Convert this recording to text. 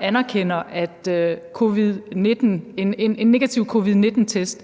her anerkender, at en negativ covid-19-test